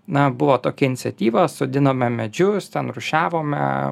na buvo tokia iniciatyva sodinome medžius ten rūšiavome